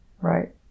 Right